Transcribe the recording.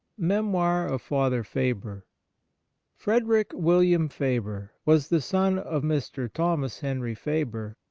memoir of father faber frederick william faber was the son of mr. thomas henry faber,